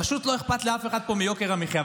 פשוט לא אכפת לאף אחד פה מיוקר המחיה,